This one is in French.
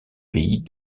pays